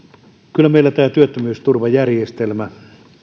kyllä meillä työttömyysturvajärjestelmä